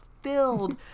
filled